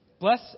Bless